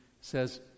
says